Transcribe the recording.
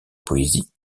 poésie